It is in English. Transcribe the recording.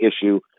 issue